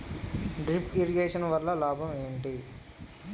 Drip irrigation వల్ల లాభం ఏంటి?